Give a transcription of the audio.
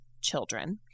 children